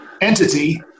entity